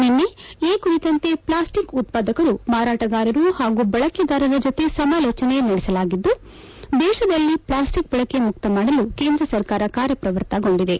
ನಿನ್ನೆ ಈ ಕುರಿತಂತೆ ಪ್ಲಾಸ್ಟಿಕ್ ಉತ್ಪಾದಕರು ಮಾರಾಟಗಾರರು ಪಾಗೂ ಬಳಕೆದಾರರ ಜೊತೆ ಸಮಾಲೋಜನೆ ನಡೆಸಲಾಗಿದ್ದು ದೇಶದಲ್ಲಿ ಪ್ಲಾಸ್ಟಿಕ್ ಬಳಕೆ ಮುಕ್ತಮಾಡಲು ಕೇಂದ್ರ ಸರ್ಕಾರ ಕಾರ್ಯಪ್ರವೃತ್ತಗೊಂಡಿದೆ